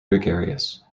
gregarious